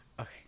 Okay